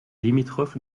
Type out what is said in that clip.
limitrophe